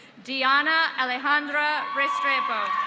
dianna alejandra restrepo.